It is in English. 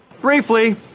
Briefly